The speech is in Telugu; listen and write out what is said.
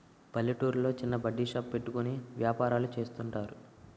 పల్లెటూర్లో చిన్న బడ్డీ షాప్ పెట్టుకుని వ్యాపారాలు చేస్తుంటారు